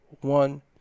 One